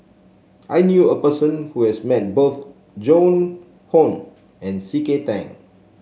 I knew a person who has met both Joan Hon and C K Tang